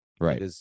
Right